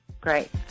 Great